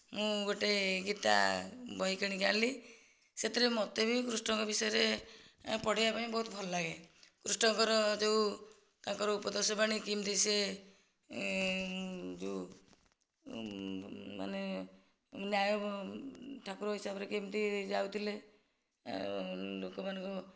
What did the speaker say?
ମୁଁ ଗୋଟେ ଗୀତା ବହି କିଣିକି ଆଣିଲି ସେଥିରେ ମୋତେ ବି କୃଷ୍ଣଙ୍କ ବିଷୟରେ ପଢ଼ିବା ପାଇଁ ବହୁତ ଭଲ ଲାଗେ କୃଷ୍ଣଙ୍କର ଯେଉଁ ତାଙ୍କର ଉପଦେଶ ବାଣୀ କେମିତି ସେ ଯେଉଁମାନେ ନ୍ୟାୟ ଠାକୁର ହିସାବରେ କେମିତି ଯାଉଥିଲେ ଆଉ ଲୋକମାନଙ୍କୁ